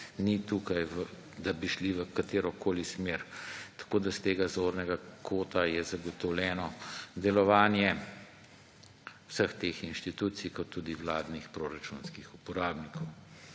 ni tukaj, da bi šli v katerokoli smer. S tega zornega kota je zagotovljeno delovanje vseh teh inštitucij kot tudi vladnih proračunskih uporabnikov.